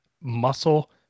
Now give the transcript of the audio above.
muscle